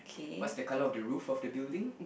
what's the color of the roof of the building